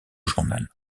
journal